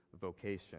vocation